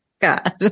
God